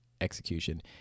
execution